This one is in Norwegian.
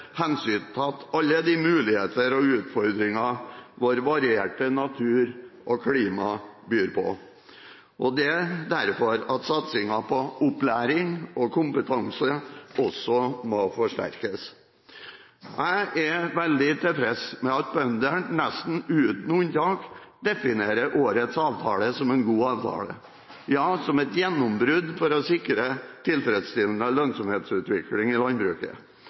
hensyntatt alle de muligheter og utfordringer vår varierte natur og vårt klima byr på. Det er derfor satsingen på opplæring og kompetanse også må forsterkes. Jeg er tilfreds med at bøndene nesten uten unntak definerer årets avtale som en god avtale, ja som et gjennombrudd for å sikre tilfredsstillende lønnsomhetsutvikling i landbruket.